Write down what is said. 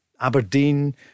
Aberdeen